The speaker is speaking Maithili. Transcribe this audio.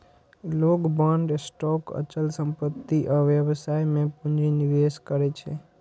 लोग बांड, स्टॉक, अचल संपत्ति आ व्यवसाय मे पूंजी निवेश करै छै